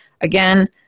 Again